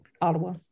Ottawa